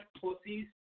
pussies